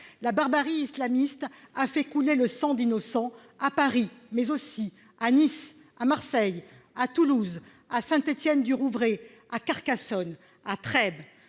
La barbarie islamiste a fait couler le sang d'innocents à Paris, mais aussi à Nice, à Marseille, à Toulouse, à Saint-Étienne-du-Rouvray, à Carcassonne, à Trèbes.